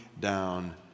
down